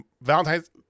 Valentine's